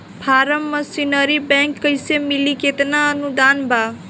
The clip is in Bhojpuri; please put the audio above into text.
फारम मशीनरी बैक कैसे मिली कितना अनुदान बा?